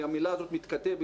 המילה הזאת מתכתב,